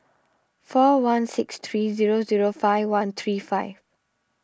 four one six three zero zero five one three five